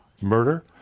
murder